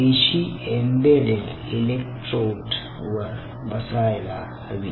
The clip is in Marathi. पेशी एम्बेडेड इलेक्ट्रोड वर बसायला हवी